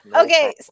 Okay